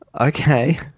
Okay